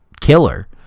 killer